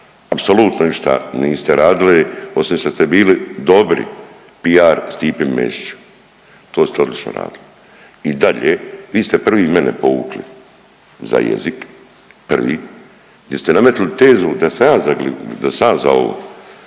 Apsolutno ništa niste radili osim što ste bili dobri PR Stipi Mesiću to ste odlično radili. I dalje vi ste prvi mene povukli za jezik prvi, gdje ste nametnuli tezu da sam ja za ovo.